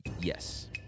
Yes